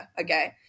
Okay